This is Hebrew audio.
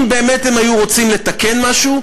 אם באמת הם היו רוצים לתקן משהו,